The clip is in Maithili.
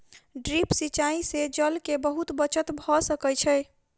ड्रिप सिचाई से जल के बहुत बचत भ सकै छै